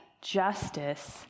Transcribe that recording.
justice